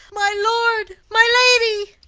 my lord! my lady!